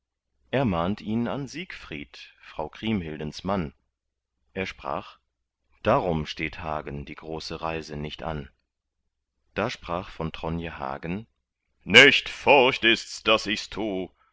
er mahnt ihn an siegfried frau kriemhildens mann er sprach darum steht hagen die große reise nicht an da sprach von tronje hagen nicht furcht ists daß ichs tu